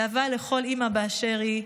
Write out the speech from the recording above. באהבה, לכל אימא באשר היא.